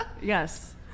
Yes